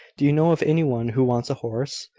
do you know of any one who wants a horse?